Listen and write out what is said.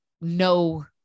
no